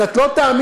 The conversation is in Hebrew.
אז את לא תאמיני,